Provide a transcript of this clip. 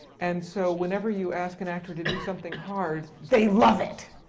and so, whenever you ask an actor to do something hard, they love it!